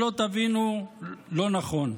שלא תבינו לא נכון,